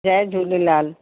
Jay Jhulelal